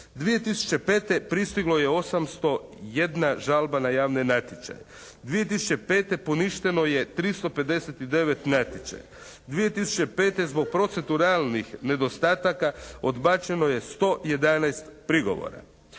2005. pristiglo je 801 žalba na javne natječaje. 2005. poništeno je 359 natječaja. 2005. zbog proceduralnih nedostataka odbačeno je 111 prigovora.